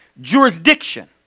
jurisdiction